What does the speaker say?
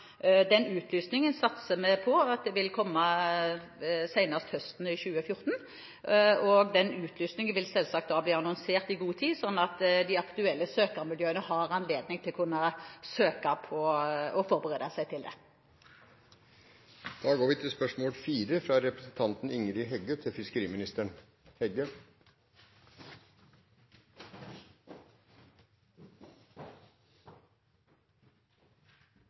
Den utlysningen satser vi på vil komme senest høsten 2014, og den utlysningen vil selvsagt bli annonsert i god tid, slik at de aktuelle søkermiljøene har anledning til å kunne forberede seg til det. «Finnmark er i opprør grunna manglande politisk handling knytt til